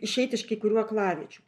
išeit iš kai kurių aklaviečių